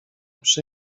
przy